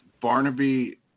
Barnaby